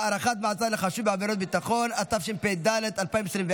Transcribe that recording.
(הארכת מעצר לחשוד בעבירת ביטחון), התשפ"ד 2024,